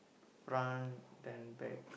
front then back